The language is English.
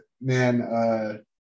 man